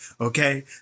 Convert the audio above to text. okay